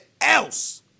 else